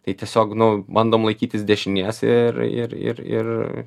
tai tiesiog nu bandom laikytis dešinės ir ir ir ir